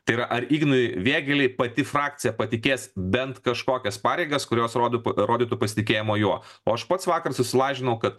tai yra ar ignui vėgėlei pati frakcija patikės bent kažkokias pareigas kurios rody rodytų pasitikėjimą juo o aš pats vakar susilažinau kad